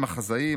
מחזאי,